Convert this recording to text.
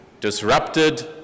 disrupted